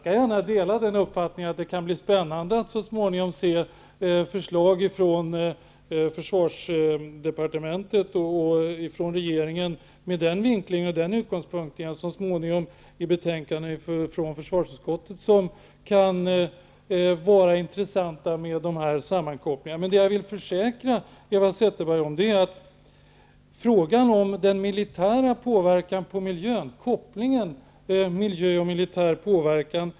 Jag delar uppfattningen att det skall bli spännande att så småningom få se förslag från försvardepartementet och regeringen, och så småningom i betänkandet från försvarsutskottet, med dessa kopplingar. Jag vill försäkra Eva Zetterberg om att Centern har varit och är starkt engagerat i frågan om kopplingen mellan miljön och militär påverkan.